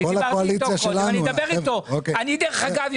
דרך אגב,